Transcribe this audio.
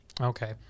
okay